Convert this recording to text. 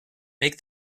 make